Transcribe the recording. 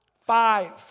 Five